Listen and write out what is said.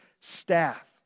staff